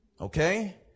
okay